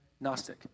gnostic